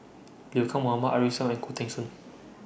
Liu Kang Mohammad Arif Suhaimi and Khoo Teng Soon